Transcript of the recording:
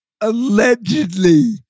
Allegedly